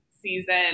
season